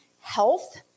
health